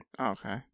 Okay